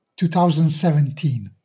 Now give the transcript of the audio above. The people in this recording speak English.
2017